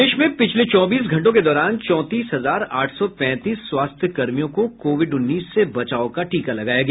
प्रदेश में पिछले चौबीस घंटों के दौरान चौंतीस हजार आठ सौ पैंतीस स्वास्थ्य कर्मियों को कोविड उन्नीस से बचाव का टीका लगाया गया